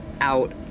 out